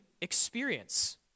experience